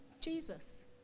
Jesus